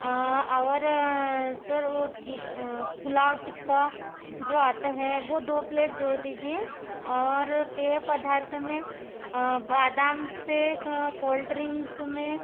और सर वो पुलाव टिक्का जो आता है वो दो प्लेट जोड़ दीजिए और पेय पदार्थों में बादाम शेक कोल्ड ड्रिंक में